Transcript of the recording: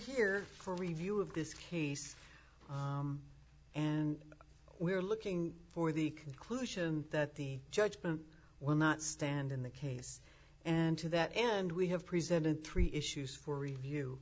here for review of this case and we are looking for the conclusion that the judgment will not stand in the case and to that end we have presented three issues for